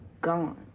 gone